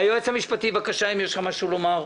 האם ליועץ המשפטי של הוועדה יש משהו להוסיף?